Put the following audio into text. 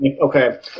Okay